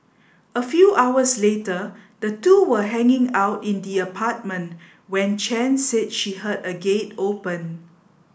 a few hours later the two were hanging out in the apartment when Chen said she heard a gate open